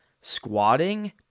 squatting